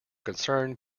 concern